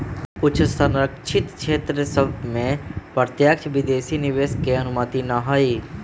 कुछ सँरक्षित क्षेत्र सभ में प्रत्यक्ष विदेशी निवेश के अनुमति न हइ